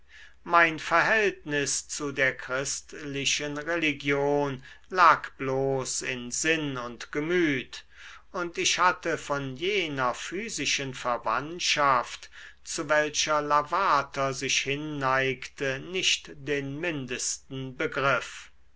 mein verhältnis zu der christlichen religion lag bloß in sinn und gemüt und ich hatte von jener physischen verwandtschaft zu welcher lavater sich hinneigte nicht den mindesten begriff